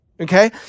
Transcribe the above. Okay